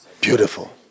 Beautiful